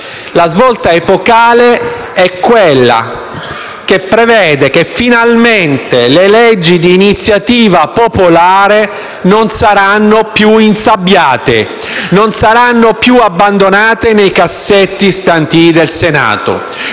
avviso epocale, che prevede che finalmente le leggi di iniziativa popolare non saranno più insabbiate, non saranno più abbandonate nei cassetti stantii del Senato,